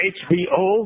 hbo